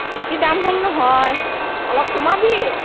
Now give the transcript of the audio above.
বেছি দাম হ'ল নহয় অলপ কমাবি